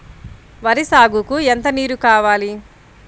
వరి సాగుకు ఎంత నీరు కావాలి?